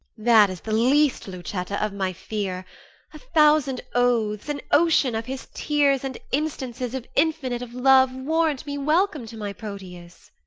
that is the least, lucetta, of my fear a thousand oaths, an ocean of his tears, and instances of infinite of love, warrant me welcome to my proteus.